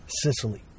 Sicily